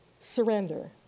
surrender